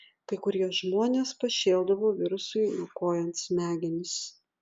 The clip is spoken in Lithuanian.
kai kurie žmonės pašėldavo virusui niokojant smegenis